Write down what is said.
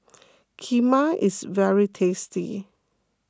Kheema is very tasty